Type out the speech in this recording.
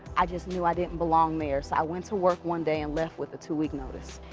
i just knew i didn't belong there. so i went to work one day and left with a two-week notice.